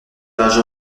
page